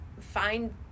find